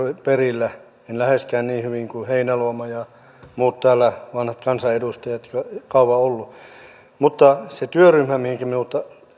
perillä en läheskään niin hyvin kuin heinäluoma ja muut täällä vanhat kansanedustajat jotka ovat kauan olleet mutta sen työryhmän mihinkä minut